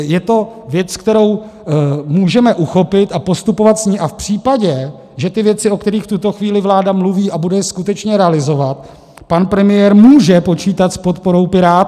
Je to věc, kterou můžeme uchopit a postupovat s ní, a v případě, že ty věci, o kterých v tuto chvíli vláda mluví a bude je skutečně realizovat, pan premiér může počítat s podporou Pirátů.